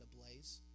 ablaze